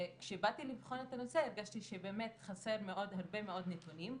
וכשבאתי לבחון את הנושא הרגשתי שחסרים הרבה מאוד נתונים.